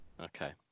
Okay